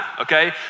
okay